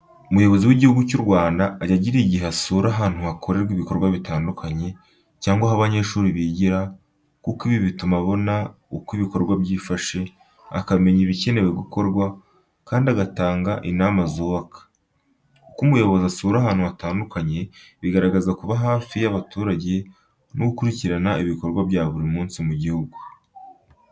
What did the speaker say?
Umuyobozi w'igihugu cy'u Rwanda ajya agira igihe asura ahantu hakorerwa ibikorwa bitandukanye cyangwa aho abanyeshuri bigira, kuko ibi bituma abona uko ibikorwa byifashe, akamenya ibikenewe gukorwa, kandi agatanga inama zubaka. Uko umuyobozi asura ahantu hatandukanye, bigaragaza kuba hafi y'abaturage no gukurikirana ibikorwa bya buri munsi mu gihugu.